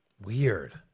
Weird